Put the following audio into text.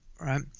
right